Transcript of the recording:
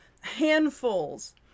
handfuls